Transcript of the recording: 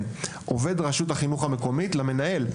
עובד רשות החינוך המקומית לבין המנהל.